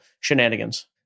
shenanigans